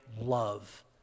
love